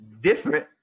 different